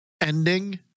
ending